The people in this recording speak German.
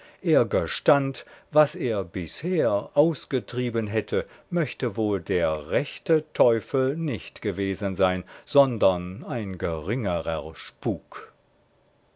gestand was er bisher ausgetrieben hätte möchte wohl der rechte teufel nicht gewesen sein sondern ein geringerer spuk